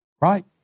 Right